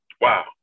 wow